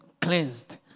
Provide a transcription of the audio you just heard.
cleansed